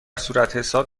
صورتحساب